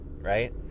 right